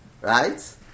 right